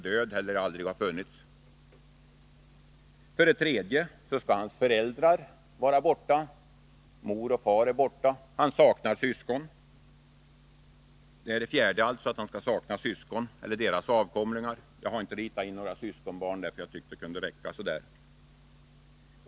För det tredje skall hans föräldrar vara döda. För det fjärde skall han sakna syskon och avkomlingar till syskon.